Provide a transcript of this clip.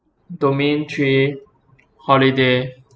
domain three holiday